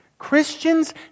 Christians